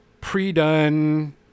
pre-done